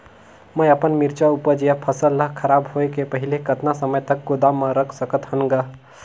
मैं अपन मिरचा ऊपज या फसल ला खराब होय के पहेली कतका समय तक गोदाम म रख सकथ हान ग?